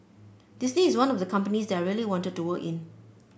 Disney is one of the companies that I really wanted to work in